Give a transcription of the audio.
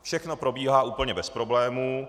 Všechno probíhá úplně bez problémů.